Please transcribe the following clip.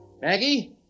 Maggie